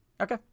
Okay